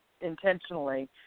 intentionally